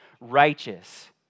righteous